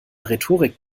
rhetorik